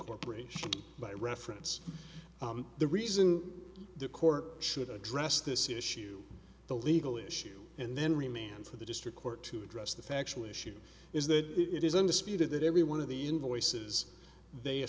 incorporation by reference the reason the court should address this issue the legal issue and then remain for the district court to address the factual issue is that it is undisputed that every one of the